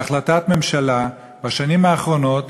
בהחלטת ממשלה בשנים האחרונות,